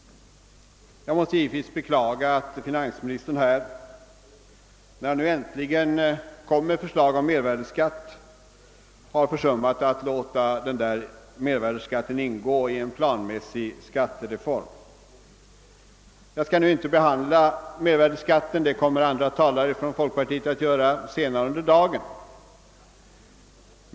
Jag måste givetvis beklaga att finansministern, när han nu äntligen framlägger ett förslag om mervärdeskatt, har försummat att låta den ingå i en planmässig skattereform. Jag skall nu inte behandla mervärdeskatten; det kommer andra talare från folkpartiet att göra senare under dagen.